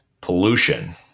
Pollution